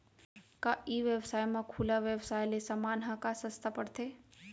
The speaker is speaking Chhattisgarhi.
का ई व्यवसाय म खुला व्यवसाय ले समान ह का सस्ता पढ़थे?